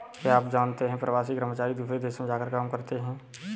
क्या आप जानते है प्रवासी कर्मचारी दूसरे देश में जाकर काम करते है?